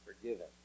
forgiven